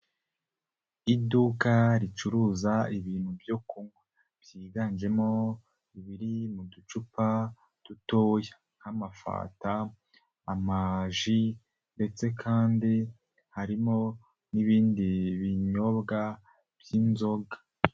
Iduka ricuruza ibintu byo kunywa byiganjemo ibiri mu ducupa dutoya nk'amafanta, amaji ndetse kandi harimo n'ibindi binyobwa by'inzoga.